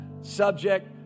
subject